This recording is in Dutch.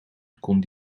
kon